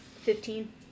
fifteen